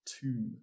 two